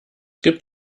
gibt